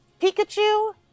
Pikachu